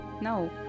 no